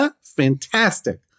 Fantastic